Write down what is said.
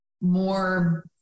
more